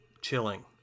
chilling